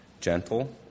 gentle